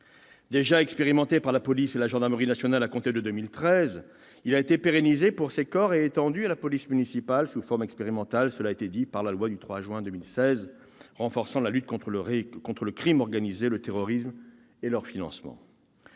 Déjà expérimenté par la police et la gendarmerie nationale à compter de 2013, il a été pérennisé pour ces corps et étendu à la police municipale, sous forme expérimentale, par la loi du 3 juin 2016 renforçant la lutte contre le crime organisé, le terrorisme et leur financement.